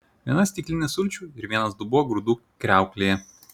viena stiklinė sulčių ir vienas dubuo grūdų kriauklėje